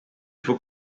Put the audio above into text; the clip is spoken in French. faut